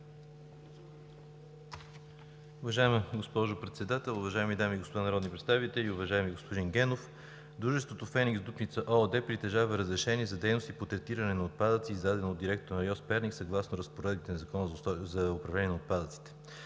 Уважаема госпожо Председател, уважаеми дами и господа народни представители! Уважаеми господин Генов, дружеството „Феникс-Дупница“ ООД притежава Разрешение за дейности по третиране на отпадъци, издадено от директора на РИОСВ – Перник, съгласно разпоредбите на Закона за управление на отпадъците.